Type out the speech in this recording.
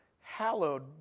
hallowed